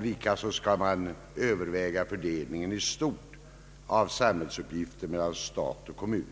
Likaså skall man överväga fördelningen i stort av samhällsuppgifterna mellan stat och kommun.